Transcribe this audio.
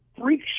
freak